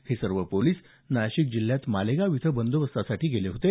हे सर्व पोलिस नाशिक जिल्ह्यात मालेगाव इथं बंदोबस्तासाठी गेले होते